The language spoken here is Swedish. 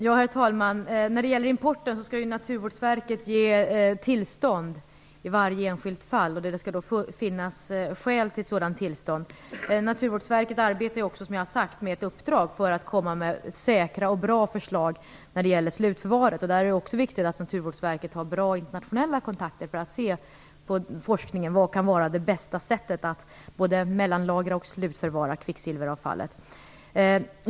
Herr talman! När det gäller importen skall Naturvårdsverket ge tillstånd i varje enskilt fall. Det skall då finnas skäl till ett sådant tillstånd. Naturvårdsverket arbetar också, som jag har sagt, med ett uppdrag för att komma med säkra och bra förslag när det gäller slutförvaringen. Där är det också viktigt att Naturvårdsverket har bra internationella kontakter för att se på forskningen för att få reda på vilket som kan vara det bästa sättet att både mellanlagra och slutförvara kvicksilveravfallet.